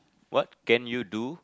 what can you do